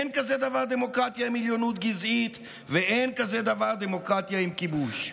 אין כזה דבר דמוקרטיה עם עליונות גזעית ואין כזה דבר דמוקרטיה עם כיבוש.